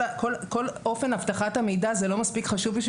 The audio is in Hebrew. כל אופן אבטחת המידע זה לא מספיק חשוב בשביל